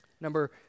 Number